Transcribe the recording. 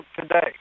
today